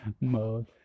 mode